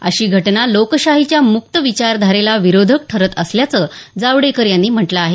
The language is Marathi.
अशी घटना लोकशाहीच्या मुक्त विचारधारेला विरोधक ठरत असल्याचं जावडेकर यांनी म्हटलं आहे